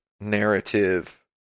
narrative